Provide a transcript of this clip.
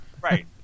Right